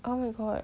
oh my god